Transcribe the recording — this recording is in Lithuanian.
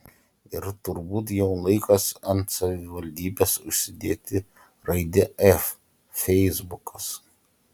ir turbūt jau laikas ant savivaldybės užsidėti raidę f feisbukas